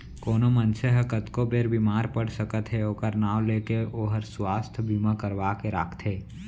कोनो मनसे हर कतको बेर बीमार पड़ सकत हे ओकर नांव ले के ओहर सुवास्थ बीमा करवा के राखथे